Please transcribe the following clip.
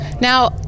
Now